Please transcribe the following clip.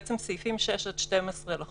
בעצם, סעיפים 6 עד 12 לחוק